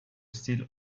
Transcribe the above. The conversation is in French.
style